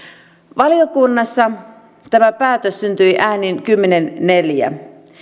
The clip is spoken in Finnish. valiokunnassa tämä päätös syntyi äänin kymmenen viiva neljännen